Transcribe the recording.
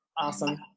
Awesome